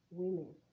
women